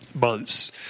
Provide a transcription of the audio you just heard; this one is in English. months